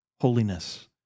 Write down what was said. holiness